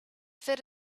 fit